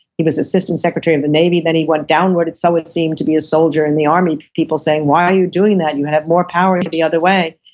he was assistant secretary of the navy then he went downward or so it seemed to be a soldier in the army people saying, why are you doing that, you have more power the other way?